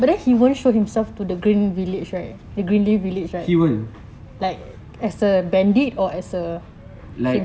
he will like